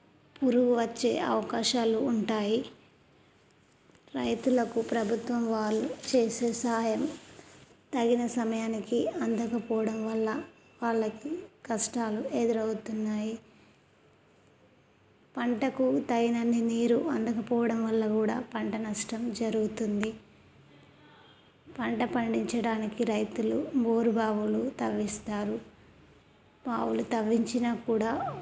పురుగు వచ్చే అవకాశాలు ఉంటాయి రైతులకు ప్రభుత్వం వాళ్ళు చేసే సాయం తగిన సమయానికి అందకపోవడం వల్ల వాళ్ళకి కష్టాలు ఎదురవుతున్నాయి పంటకు తగినన్ని నీరు అందకపోవడం వల్ల కూడా పంట నష్టం జరుగుతుంది పంట పండించడానికి రైతులు బోరుబావులు తవ్విస్తారు బావులు తవ్వించినా కూడా